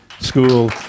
School